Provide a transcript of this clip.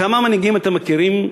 כמה מנהיגים אתם מכירים,